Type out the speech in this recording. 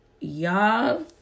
y'all